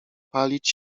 palić